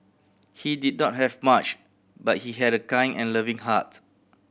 he did not have much but he had a kind and loving heart